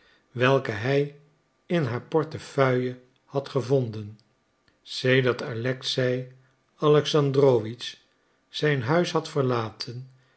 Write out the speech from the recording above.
welke hij in haar portefeuille had gevonden sedert alexei alexandrowitsch zijn huis had verlaten